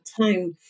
time